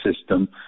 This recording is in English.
system